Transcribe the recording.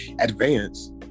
advance